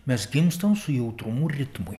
mes gimstam su jautrumu ritmui